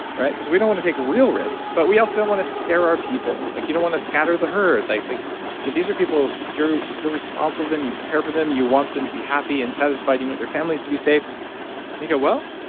right? because we don't want to take real risks, but we also don't want to scare our people. like you don't want to scatter the herd. like like these are people you're you're responsible them, you care for them, you want them to be happy and satisfied, you want their families to be safe and you go, well,